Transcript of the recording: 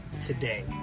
today